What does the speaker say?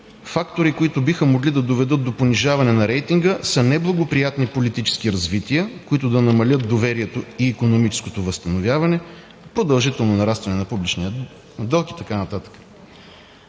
фактори, които биха могли да доведат до понижаване на рейтинга, са неблагоприятни политически развития, които да намалят доверието и икономическото възстановяване, продължително нарастване на публичния дълг и така нататък.